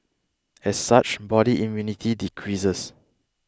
as such body immunity decreases